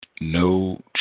no